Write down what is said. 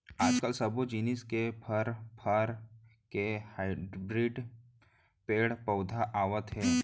आजकाल सब्बो जिनिस के फर, फर के हाइब्रिड पेड़ पउधा आवत हे